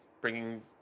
bringing